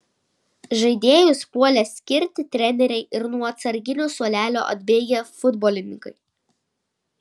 žaidėjus puolė skirti treneriai ir nuo atsarginių suolelio atbėgę futbolininkai